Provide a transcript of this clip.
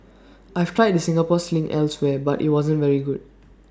I've tried the Singapore sling elsewhere but IT wasn't very good